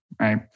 right